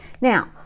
Now